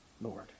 Lord